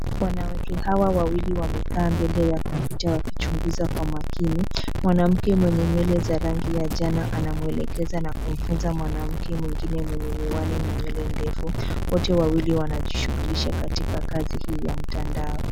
Wanawake hawa wawili wamekaa mbele ya kompyuta wakichunguza kwa makini. Mwanamke mwenye nywele za rangi ya njano anamwelekeza na kumfunza mwanamke mwengine mwenye miwani na nywele ndefu. Wote wawili wanajishughulisha katika kazi hii ya mtandao.